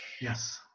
Yes